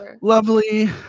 Lovely